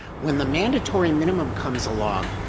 when the mandatory minimum comes along,